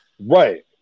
Right